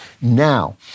now